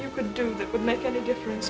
you can do that would make a difference